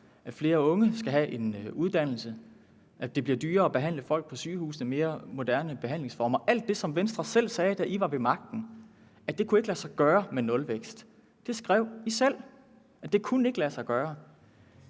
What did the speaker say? at flere unge skal have en uddannelse, at det bliver dyrere at behandle folk på sygehusene med mere moderne behandlingsformer. Venstre sagde selv, da de var ved magten, at alt det ikke kunne lade sig gøre med nulvækst. Det skrev man selv ikke kunne lade sig gøre.